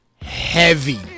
heavy